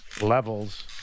levels